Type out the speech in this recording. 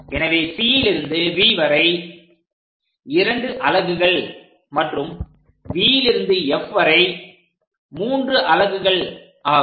எனவே Cலிருந்து V வரை 2 அலகுகள் மற்றும் Vலிருந்து F வரை 3 அலகுகள் ஆகும்